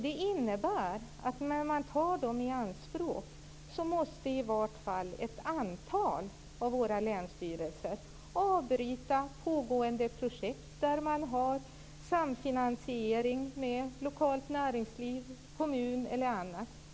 Det innebär att om de skall tas i anspråk måste i varje fall ett antal av våra länsstyrelser avbryta pågående projekt där man har samfinansiering med lokalt näringsliv, kommun eller annat.